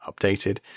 updated